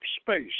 space